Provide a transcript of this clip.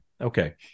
Okay